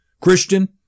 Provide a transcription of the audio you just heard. Christian